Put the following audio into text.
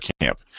camp